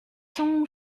son